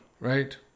right